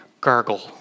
gargle